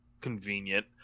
convenient